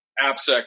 AppSec